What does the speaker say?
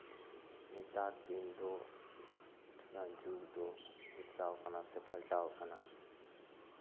ᱱᱮᱛᱟᱨ ᱫᱤᱱ ᱫᱚ ᱩᱛᱱᱟᱹᱜ ᱡᱩᱜᱽ ᱫᱚ ᱵᱚᱫᱽᱞᱟᱣ ᱟᱠᱟᱱᱟ ᱥᱮ ᱯᱟᱞᱴᱟᱣ ᱠᱟᱱᱟ